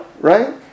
right